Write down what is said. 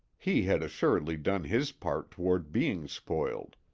he had assuredly done his part toward being spoiled.